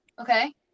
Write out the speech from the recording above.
Okay